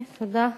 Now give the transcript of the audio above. תודה.